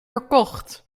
verkocht